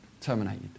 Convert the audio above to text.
terminated